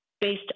based